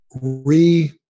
re-